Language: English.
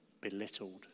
belittled